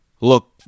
look